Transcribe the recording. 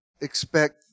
expect